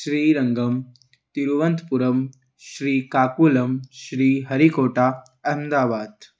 Srirangam Thiruvananthapuram Srikakulam Sriharikota Ahmedabad